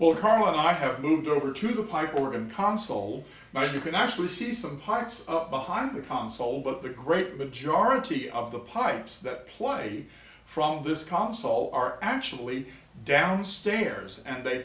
well carl and i have moved over to the pipe organ console now you can actually see some parts up behind the console but the great majority of the pipes that play from this console are actually downstairs and they